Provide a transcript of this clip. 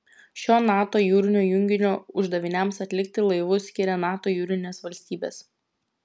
šio nato jūrinio junginio uždaviniams atlikti laivus skiria nato jūrinės valstybės